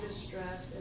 distress